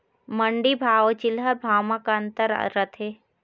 मंडी भाव अउ चिल्हर भाव म का अंतर रथे?